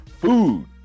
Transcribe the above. food